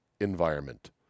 environment